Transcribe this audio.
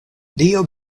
dio